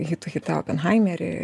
hitų hitą openhaimerį